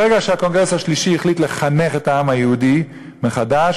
ברגע שהקונגרס השלישי החליט לחנך את העם היהודי מחדש,